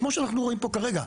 כמו שאנחנו רואים פה כרגע.